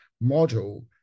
model